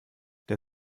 der